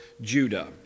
Judah